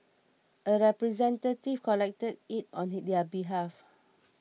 a representative collected it on their behalf